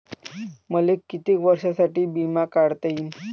मले कितीक वर्षासाठी बिमा काढता येईन?